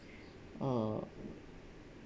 uh